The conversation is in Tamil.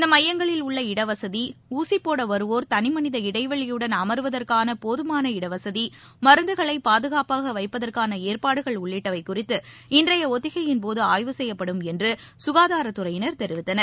இந்த மையங்களில் உள்ள இடவசதி ஊசி போட வருவோர் தனிமனித இடைவெளியுடன் அமர்வதற்கான போதமான இடவசதி மருந்துகளை பாதுகாப்பாக வைப்பதற்கான ஏற்பாடுகள் உள்ளிட்டவை குறித்து இன்றைய ஒத்திகையின்போது ஆய்வு செய்யப்படும் என்று சுகாதாரத்துறையினர் தெரிவித்தனர்